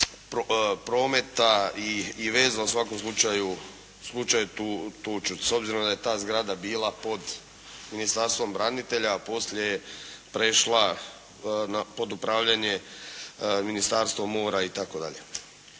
prometa i veza u svakom slučaju tu … /Govornik se ne razumije./ … s obzirom da je ta zgrada bila pod Ministarstvom branitelja a poslije je prešla pod upravljanje Ministarstva mora i